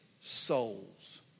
souls